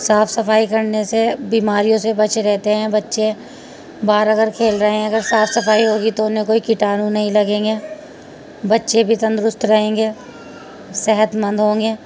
صاف صفائی کرنے سے بیماریوں سے بچے رہتے ہیں بچے باہر اگر کھیل رہے ہیں اگر صاف صفائی ہوگی تو انہیں کوئی کیٹانو نہیں لگیں گے بچے بھی تندرست رہیں گے صحت مند ہوں گے